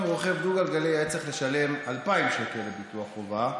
רוכב דו-גלגלי היה צריך לשלם 2,000 שקל לביטוח חובה,